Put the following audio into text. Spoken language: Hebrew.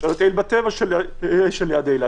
אפשר לטייל בטבע שליד אילת.